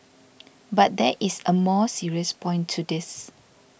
but there is a more serious point to this